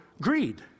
greed